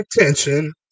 attention